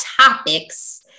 topics